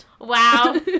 wow